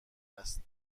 است